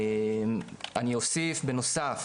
אני אוסיף בנוסף